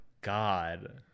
god